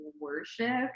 worship